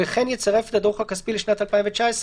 וכן יצרף את הדוח הכספי לשנת 2019,